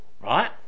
right